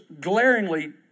glaringly